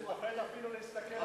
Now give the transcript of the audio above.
הוא פוחד אפילו להסתכל אחורה.